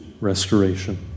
restoration